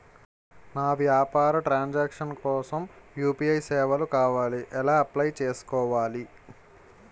నా వ్యాపార ట్రన్ సాంక్షన్ కోసం యు.పి.ఐ సేవలు కావాలి ఎలా అప్లయ్ చేసుకోవాలి?